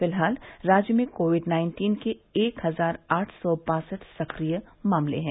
फिलहाल राज्य में कोविड नाइन्टीन के एक हजार आठ सौ बासठ सक्रिय मामले हैं